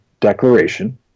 declaration